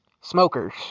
smokers